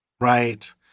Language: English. Right